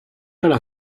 ráda